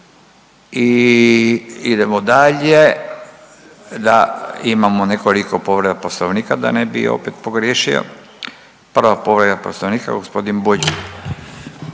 i idemo dalje. Da, imamo nekoliko povreda poslovnika da ne bi opet pogriješio, prva povreda poslovnika g. Bulj.